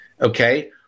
okay